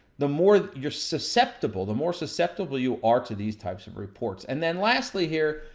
the more you're susceptible, the more susceptible you are to these types of reports. and then, lastly here,